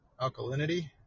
alkalinity